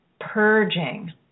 purging